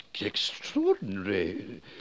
Extraordinary